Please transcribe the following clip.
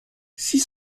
six